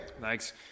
Thanks